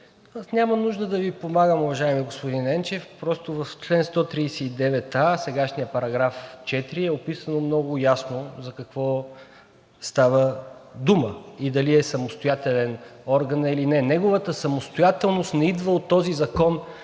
няма нужда да Ви помагам, уважаеми господин Енчев. Просто в чл. 139а, сегашният § 4, е описано много ясно за какво става дума и дали е самостоятелен органът или не. Неговата самостоятелност не идва от този закон.